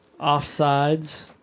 Offsides